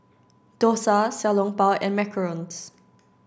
Dosa Xiao Long Bao and macarons